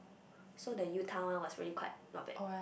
so the U-Town one was really quite not bad